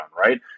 right